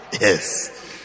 Yes